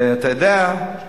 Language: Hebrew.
אתה יודע,